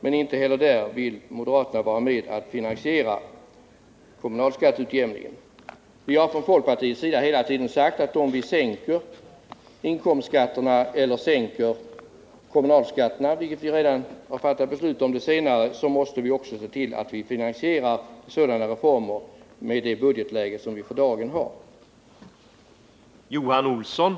Men inte heller där vill moderaterna vara med och finansiera. Vi har från folkpartiets sida hela tiden sagt att om vi sänker den statliga inkomstskatten eller kommunalskatten — det senare har vi redan fattat beslut om — måste vi i det budgetläge som vi för dagen befinner oss i se till att vi finansierar sådana reformer.